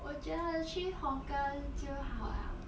我觉得去 hawker 就好了